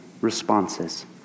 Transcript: responses